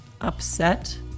upset